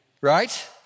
right